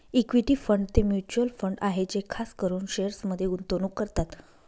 equity fund ते mutual fund आहे जे खास करून शेअर्समध्ये गुंतवणूक करतात